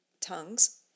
tongues